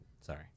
Sorry